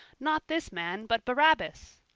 not this man, but barabbas!